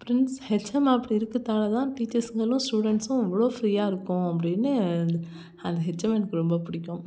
prince HM அப்படி இருக்கிறத்தால தான் டீச்சர்ஸுங்களும் ஸ்டூடெண்ட்ஸும் இவ்வளோ ஃப்ரீயாக இருக்கோம் அப்படின்னு அந்த அந்த ஹெச்எம்மை எனக்கு ரொம்ப பிடிக்கும்